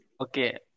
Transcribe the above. Okay